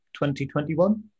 2021